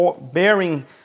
bearing